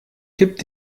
kippt